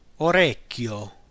Orecchio